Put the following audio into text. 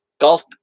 golf